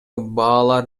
баалар